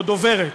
או דוברת,